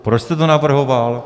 Proč jste to navrhoval?